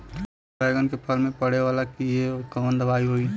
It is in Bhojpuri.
बैगन के फल में पड़े वाला कियेपे कवन दवाई होई?